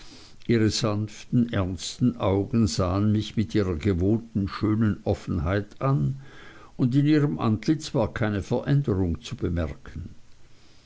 ihre sanften ernsten augen sahen mich mit ihrer gewohnten schönen offenheit an und in ihrem antlitz war keine veränderung zu bemerken